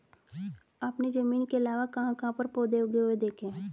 आपने जमीन के अलावा कहाँ कहाँ पर पौधे उगे हुए देखे हैं?